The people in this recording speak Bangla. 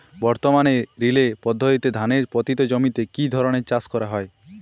বর্তমানে রিলে পদ্ধতিতে ধানের পতিত জমিতে কী ধরনের চাষ করা হয়?